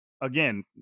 again